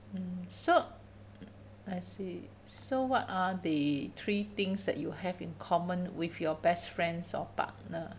mm so I see so what are the three things that you have in common with your best friends or partner